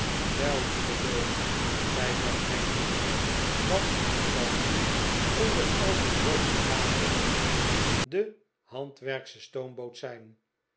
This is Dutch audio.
wel lieve deugd zei zij eindelijk wat zou nu onder al die rookmirakels de handwerksche stoomboot zijn